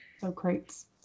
Socrates